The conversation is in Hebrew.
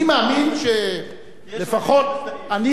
אני מאמין שלפחות, יש הרבה שמזדהים אתך.